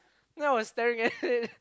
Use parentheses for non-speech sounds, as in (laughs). then I was staring at it (laughs)